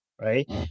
right